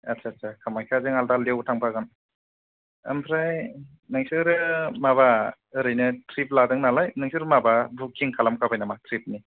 आच्छा आच्छा कामायख्या जों आलादा आवबो थांफागोन ओमफ्राइ नोंसोरो माबा ओरैनो ट्रिभ लादों नालाय नोंसोर माबा बुखिं खालाम खाबाय हरबाय नामा ट्रिबनि